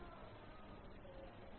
ధన్యవాదాలు